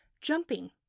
Jumping